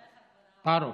פָּרוש,